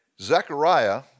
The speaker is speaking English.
Zechariah